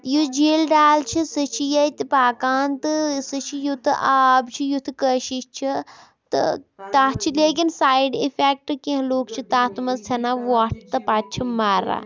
یُس جیٖل ڈل چھِ سُہ چھِ ییٚتہِ پَکان تہٕ سُہ چھِ یوٗتاہ آب چھِ یُتھ کٔشِش چھِ تہٕ تَتھ چھِ لیکِن سایڈ اِفیکٹ کینٛہہ لُکھ چھِ تَتھ منٛز ژھٕنان وۄٹھ تہٕ پَتہٕ چھِ مَران